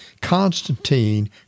Constantine